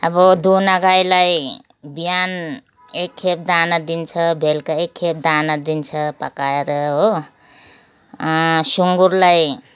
अब दुहुना गाईलाई बिहान एकखेप दाना दिन्छ बेलुका एकखेप दाना दिन्छ पकाएर हो सुँगुरलाई